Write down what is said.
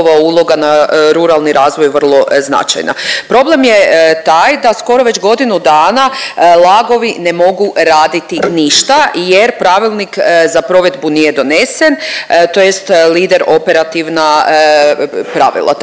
njihova uloga na ruralni razvoj vrlo značajna. Problem je taj da skoro već godinu dana LAG-ovi ne mogu raditi ništa jer pravilnik za provedbu nije donesen, tj. lider operativna pravila.